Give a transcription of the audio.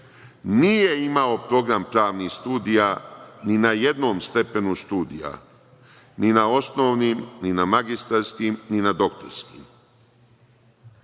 nije imao program pravnih studija ni na jednom stepenom studija, ni na osnovnim, ni na magistarskim, ni na doktorskim. Doktorat